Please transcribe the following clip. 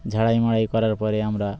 ঝাড়াই মাড়াই করার পরে আমরা